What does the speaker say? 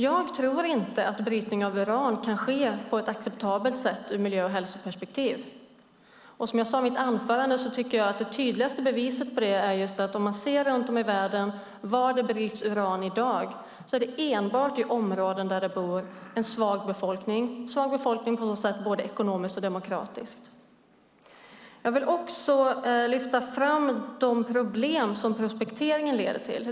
Jag tror inte att brytning av uran kan ske på ett acceptabelt sätt ur miljö och hälsoperspektiv. Och som jag sade i mitt anförande ser vi att det tydligaste beviset på det är att det runt om i världen i dag bryts uran enbart i områden med en svag befolkning, en svag befolkning både ekonomiskt och demokratiskt. Jag vill också lyfta fram de problem som prospekteringen leder till.